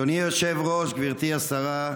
אדוני היושב-ראש, גברתי השרה,